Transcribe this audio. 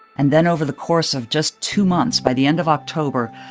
and then over the course of just two months, by the end of october,